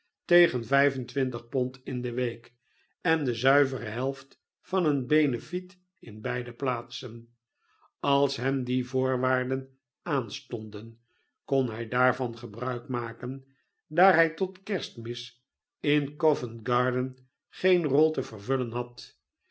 tegen pond in de week en de zuivere helft van een benefiet in beide plaatsen als hem die voorwaarden aanstonden kon hij daarvan gebruik maken daar hij tot kerstmis in covent-garden geen rol te vervullen had